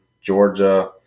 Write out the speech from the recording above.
Georgia